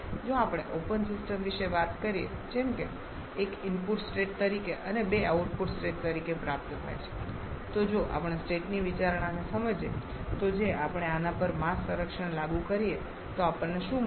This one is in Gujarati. જો આપણે ઓપન સિસ્ટમ વિશે વાત કરીએ જેમ કે 1 ઇનપુટ સ્ટેટ તરીકે અને 2 આઉટપુટ સ્ટેટ તરીકે પ્રાપ્ત થાય છે તો જો આપણે સ્ટેટની વિચારણાને સમજીએ તો જો આપણે આના પર માસ સંરક્ષણ લાગુ કરીએ તો આપણને શું મળશે